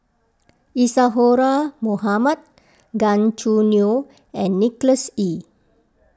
Isadhora Mohamed Gan Choo Neo and Nicholas Ee